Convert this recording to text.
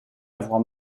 l’avoir